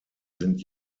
sind